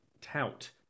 tout